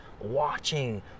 watching